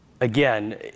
again